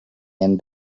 and